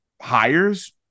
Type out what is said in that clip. hires